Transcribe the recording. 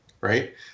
right